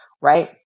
right